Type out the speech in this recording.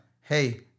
hey